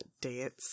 dance